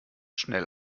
schnell